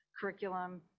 curriculum